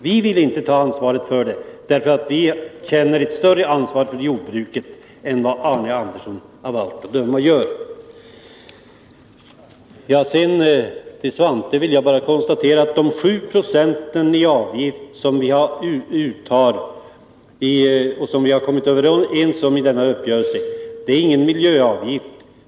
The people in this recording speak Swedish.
Vi vill inte göra det. Vi känner större ansvar för jordbruket än vad Arne Andersson av allt att döma gör. Den avgift på 7 20 som vi i uppgörelsen har kommit överens om att ta ut är ingen miljöavgift, Svante Lundkvist.